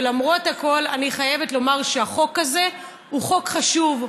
ולמרות הכול אני חייבת לומר שהחוק הזה הוא חוק חשוב.